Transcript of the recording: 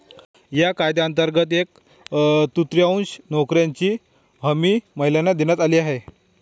या कायद्यांतर्गत एक तृतीयांश नोकऱ्यांची हमी महिलांना देण्यात आली आहे